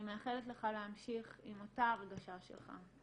מאחלת לך להמשיך עם אותה הרגשה שלך,